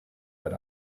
but